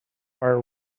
are